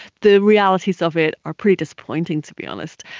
the realities of it are pretty disappointing, to be honest,